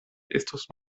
estos